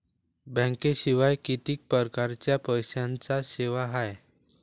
बँकेशिवाय किती परकारच्या पैशांच्या सेवा हाय?